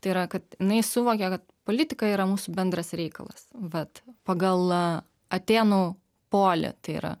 tai yra kad jinai suvokia kad politika yra mūsų bendras reikalas vat pagal atėnų polį tai yra